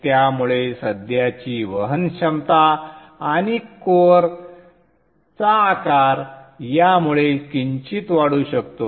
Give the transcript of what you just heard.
त्यामुळे सध्याची वहन क्षमता आणि कोअरचा आकार यामुळे किंचित वाढू शकतो